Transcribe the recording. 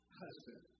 husband